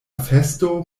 festo